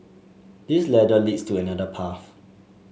this ladder leads to another path